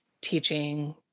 teaching